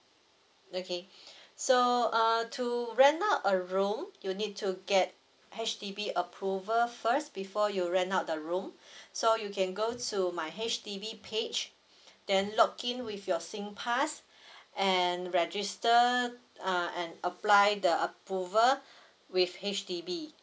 okay so uh to rent out a room you need to get H_D_B approval first before you rent out the room so you can go to my H_D_B page then log in with your singpass and register uh and apply the approval with H_D_B